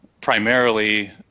primarily